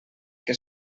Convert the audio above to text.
que